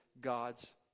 God's